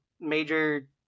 major